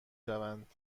شوند